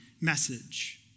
message